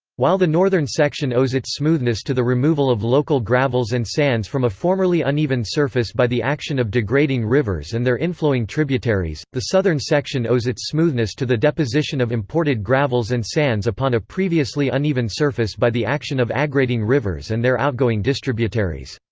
while the northern section owes its smoothness to the removal of local gravels and sands from a formerly uneven surface by the action of degrading rivers and their inflowing tributaries, the southern section owes its smoothness to the deposition of imported gravels and sands upon a previously uneven surface by the action of aggrading rivers and their outgoing distributaries.